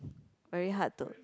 very hard to ya